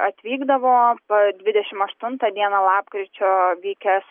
atvykdavo dvidešimt aštuntą dieną lapkričio vykęs